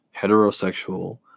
heterosexual